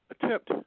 attempt